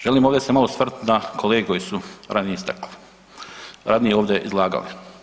Želim ovdje se malo osvrnuti na kolege koji su ranije istakli, ranije ovdje izlagali.